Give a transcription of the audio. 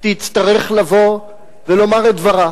תצטרך לבוא ולומר את דברה,